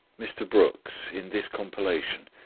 mr. brooks, in this compilation,